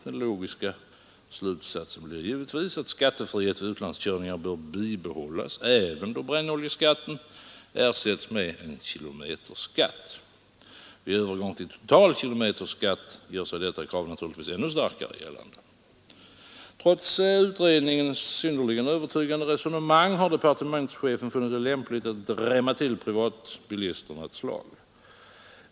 Den logiska slutsatsen blir givetvis, att skattefrihet vid utlandskörningar bör bibehållas även då brännoljeskatten ersätts med en kilometerskatt. Vid övergång till total kilometerskatt gör sig detta krav ännu starkare gällande. Trots utredningens synnerligen övertygande resonemang har departementschefen funnit det lämpligt att drämma till privatbilisterna ett slag.